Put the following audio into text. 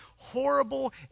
horrible